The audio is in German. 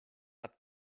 hat